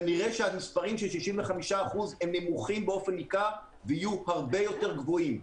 כנראה המספרים של 65% הם נמוכים באופן ניכר ויהיו הרבה יותר גבוהים.